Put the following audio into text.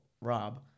Rob